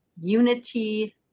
unity